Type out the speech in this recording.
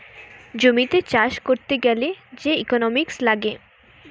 জমিতে চাষ করতে গ্যালে যে ইকোনোমিক্স লাগে